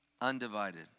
undivided